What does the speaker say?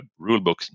rulebook's